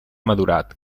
madurat